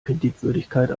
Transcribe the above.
kreditwürdigkeit